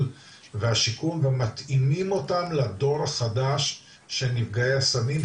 והשיקום ומתאימים אותם לדור החדש של נפגעי הסמים,